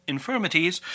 infirmities